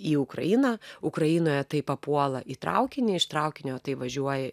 į ukrainą ukrainoje tai papuola į traukinį iš traukinio tai važiuoja